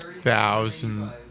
Thousand